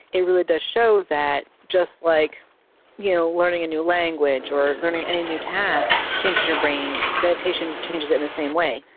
it really does show that, just like you know learning a new language or learning any new task that changes your brain, meditation changes it in the same way.